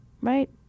right